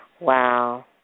Wow